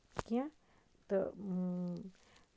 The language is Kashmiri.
کیٚنٛہہ تہٕ